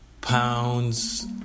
pounds